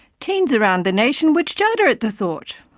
teens around the nation would shudder at the thought!